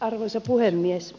arvoisa puhemies